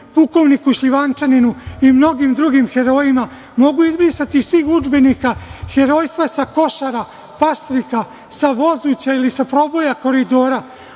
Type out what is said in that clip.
pukovniku Šljivančaninu i mnogim drugim herojima, mogu izbrisati iz svih udžbenika herojstva sa Košara, Paštrika, sa Vozuća ili sa proboja Koridora,